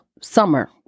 Summer